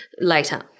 later